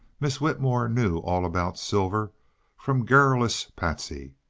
miss whitmore knew all about silver from garrulous patsy.